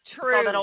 True